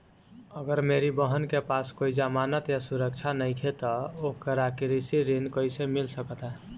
अगर मेरी बहन के पास कोई जमानत या सुरक्षा नईखे त ओकरा कृषि ऋण कईसे मिल सकता?